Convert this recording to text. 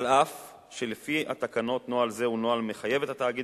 אף שלפי התקנות נוהל זה מחייב את התאגיד